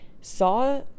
saw